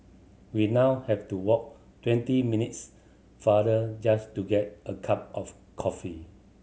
we now have to walk twenty minutes farther just to get a cup of coffee